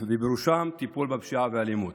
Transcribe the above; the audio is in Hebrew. ובראשם טיפול בפשיעה ובאלימות,